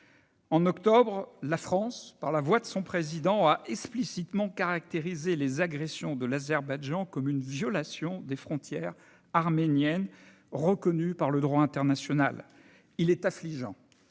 En octobre dernier, la France, par la voix de son Président, a explicitement caractérisé les agressions de l'Azerbaïdjan comme une violation des frontières arméniennes reconnues par le droit international. Il est affligeant